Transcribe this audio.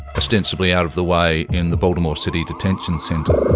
ostensibly out of the way in the baltimore city detention centre.